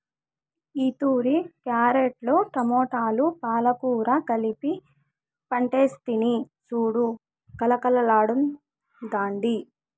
ఈతూరి క్యారెట్లు, టమోటాలు, పాలకూర కలిపి పంటేస్తిని సూడు కలకల్లాడ్తాండాది